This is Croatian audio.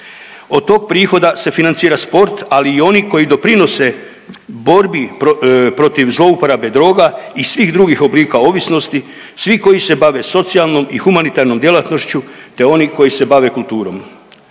Od tog prihoda se financira sport, ali i oni koji doprinose borbe protiv zlouporabe droga i svih drugih oblika ovisnosti svi koji se bave socijalnom i humanitarnom djelatnošću te oni koji se bave kulturom.